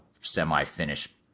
semi-finished